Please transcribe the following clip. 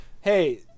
hey